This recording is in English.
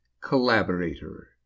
collaborator